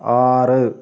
ആറ്